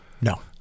No